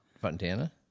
Fontana